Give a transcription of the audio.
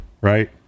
Right